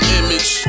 image